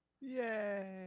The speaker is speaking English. Yay